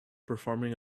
performing